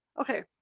okay